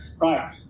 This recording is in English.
right